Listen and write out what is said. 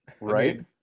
right